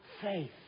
faith